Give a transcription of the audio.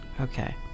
Okay